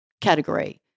category